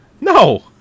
No